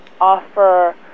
offer